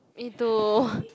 me too